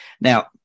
Now